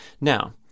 now